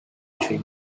three